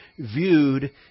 viewed